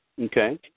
Okay